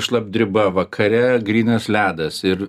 šlapdriba vakare grynas ledas ir